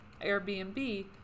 Airbnb